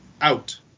out